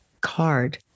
card